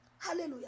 Hallelujah